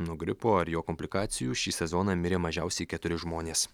nuo gripo ar jo komplikacijų šį sezoną mirė mažiausiai keturi žmonės